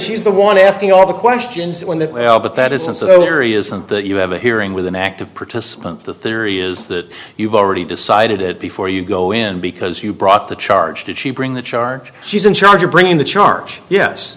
she's the one asking all the questions when that well but that isn't so very isn't that you have a hearing with an active participant the theory is that you've already decided it before you go in because you brought the charge did she bring the charge she's in charge of bringing the charge yes